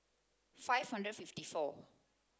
five hundred and fifty four